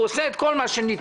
הוא עושה את כל מה שניתן.